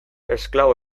esklabo